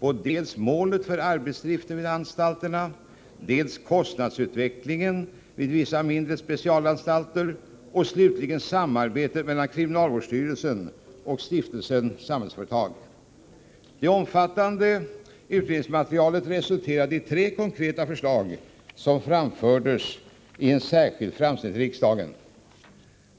på dels målet för arbetsdriften vid anstalterna, dels kostnadsutvecklingen vid vissa mindre specialanstalter, dels slutligen samarbetet mellan kriminalvårdsstyrelsen och stiftelsen Samhällsföretag. Det omfattande utredningsmaterialet resulterade i tre konkreta förslag, som framfördes i en särskild framställning till riksdagen.